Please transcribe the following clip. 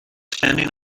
standing